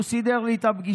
והוא סידר לי את הפגישה.